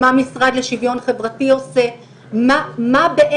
מה המשרד לשוויון חברתי עושה,